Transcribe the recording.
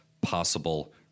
possible